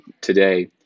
today